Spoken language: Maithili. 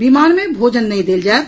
विमान मे भोजन नहि देल जायत